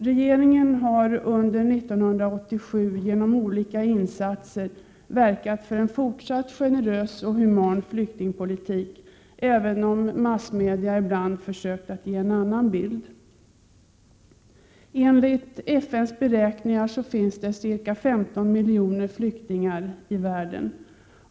Regeringen har under 1987 genom olika insatser verkat för en fortsatt generös och human flyktingpolitik, även om massmedia ibland försökt att ge en annan bild. Enligt FN:s beräkningar finns det ca 15 miljoner flyktingar i världen.